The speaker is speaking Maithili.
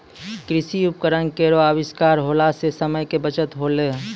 कृषि उपकरण केरो आविष्कार होला सें समय के बचत होलै